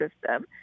system